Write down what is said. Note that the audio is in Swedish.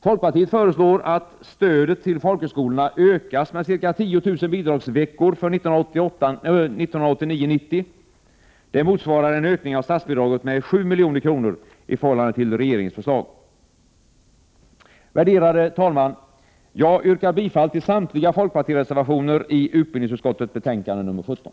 Folkpartiet föreslår att stödet till folkhögskolorna ökas med ca 10 000 bidragsveckor för 1989/90. Det motsvarar en ökning av statsbidraget med 7 milj.kr. i förhållande till regeringens förslag. Värderade talman! Jag yrkar bifall till samtliga folkpartireservationer i utbildningsutskottets betänkande nr 17.